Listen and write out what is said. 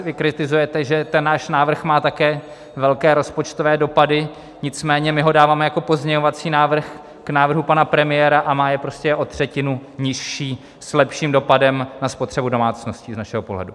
Vy kritizujete, že ten náš návrh má také velké rozpočtové dopady, nicméně my ho dáváme jako pozměňovací návrh k návrhu pana premiéra a má je prostě o třetinu nižší s lepším dopadem na spotřebu domácnosti z našeho pohledu.